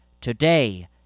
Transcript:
today